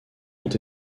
ont